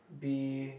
be